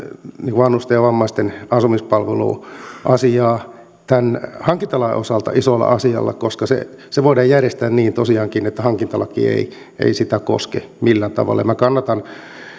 vanhusten ja vammaisten asumispalveluasiaa tämän hankintalain osalta isona asiana koska se se voidaan järjestää niin tosiaankin että hankintalaki ei ei sitä koske millään tavalla kannatan